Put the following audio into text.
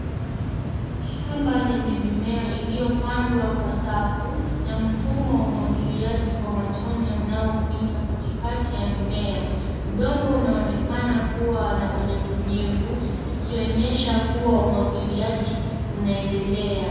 Shamba lenye mimea iliyopandwa kwa safu, na mfumo wa umwagiliaji kwa matone unaopita katikati ya mimea. Udongo unaonekana kua na unyevunyevu, ikionyesha kua umwagiliaji unaendelea.